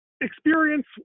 Experience